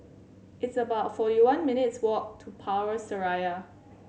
it's about forty one minutes' walk to Power Seraya